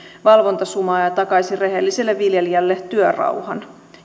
valvontasumaa ja ja takaisi rehelliselle viljelijälle työrauhan